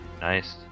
Nice